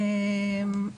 האחרונות.